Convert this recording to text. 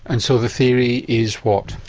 and so the theory is what?